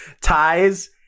ties